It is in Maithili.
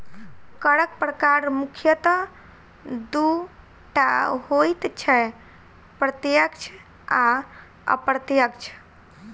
करक प्रकार मुख्यतः दू टा होइत छै, प्रत्यक्ष आ अप्रत्यक्ष